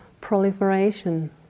proliferation